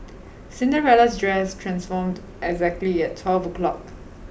Cinderella's dress transformed exactly at twelve o'clock